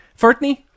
Fertney